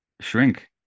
shrink